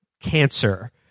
cancer